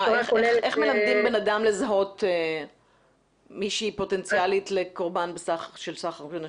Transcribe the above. איך מלמדים בן אדם לזהות מישהי פוטנציאלית לקורבן של סחר בנשים?